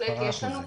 בהחלט יש לנו,